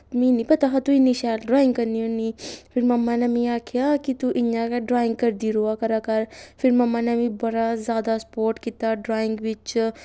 मी निं पता हा तूं इन्नी शैल ड्राइंग करनी होन्नीं फिर मम्मा ने मी आखेआ कि तूं इ'यां गै ड्राइंग करदी र'वा कर फिर मम्मा ने मिगी बड़ा जैदा सपोर्ट कीता ड्राइंग बिच्च